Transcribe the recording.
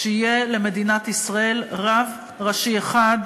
יהיה למדינת ישראל רב ראשי אחד,